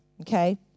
Okay